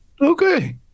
Okay